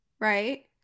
right